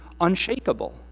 unshakable